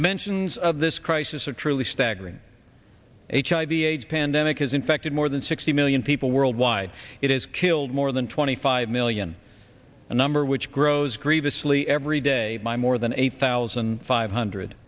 dimensions of this crisis a truly staggering hiv aids pandemic has infected more than sixty million people worldwide it has killed more than twenty five million a number which grows grievously every day by more than eight thousand five hundred